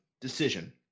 decision